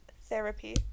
therapy